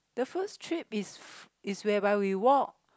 the first trip is is whereby we walk